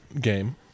game